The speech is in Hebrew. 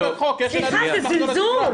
סליחה, זה זלזול.